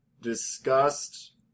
Disgust